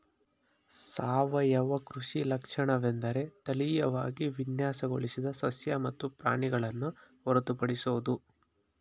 ಸಾವಯವ ಕೃಷಿ ಲಕ್ಷಣವೆಂದರೆ ತಳೀಯವಾಗಿ ವಿನ್ಯಾಸಗೊಳಿಸಿದ ಸಸ್ಯ ಮತ್ತು ಪ್ರಾಣಿಗಳನ್ನು ಹೊರತುಪಡಿಸೋದು